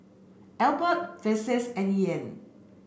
Elbert Vassie and Ian